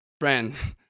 friends